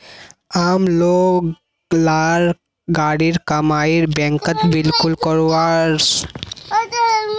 आम लोग लार गाढ़ी कमाई बैंकत बिल्कुल सुरक्षित छेक